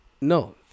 No